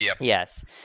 Yes